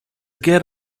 get